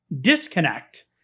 disconnect